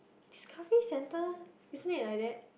discovery centre isn't it like that